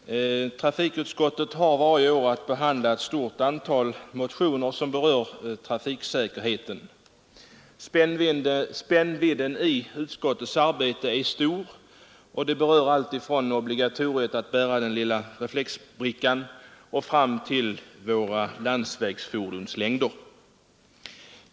Fru talman! Trafikutskottet har varje år att behandla ett stort antal motioner som berör trafiksäkerheten. Spännvidden i utskottets arbete är stor, alltifrån obligatoriet att bära den lilla reflexbrickan till längden på våra landsvägsfordon.